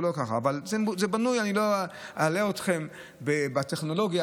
אני לא אלאה אתכם בטכנולוגיה,